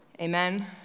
Amen